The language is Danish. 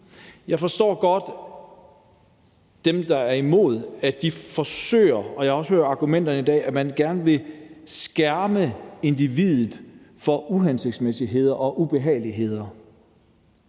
Jeg forstår godt, når dem, der er imod, siger det, og jeg har i dag også hørt argumenterne om, at man gerne vil skærme individet for uhensigtsmæssigheder og ubehageligheder.